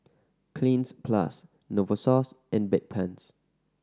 Cleanz Plus Novosource and Bedpans